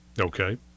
Okay